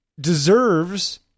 deserves